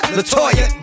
Latoya